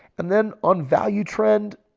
and then on value trend,